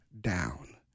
down